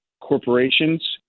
corporations